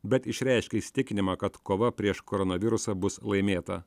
bet išreiškia įsitikinimą kad kova prieš koronavirusą bus laimėta